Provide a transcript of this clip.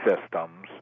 systems